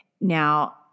Now